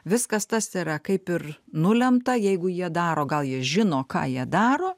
viskas tas yra kaip ir nulemta jeigu jie daro gal jie žino ką jie daro